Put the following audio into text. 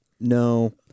No